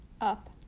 up